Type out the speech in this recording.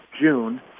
June